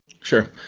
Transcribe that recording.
Sure